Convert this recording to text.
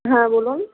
হ্যাঁ বলুন